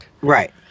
Right